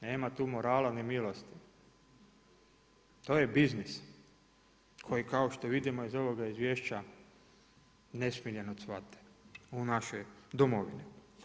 Nema tu morala ni milosti, to je biznis koji kao što vidimo iz ovoga izvješća nesmiljeno cvate u našoj domovini.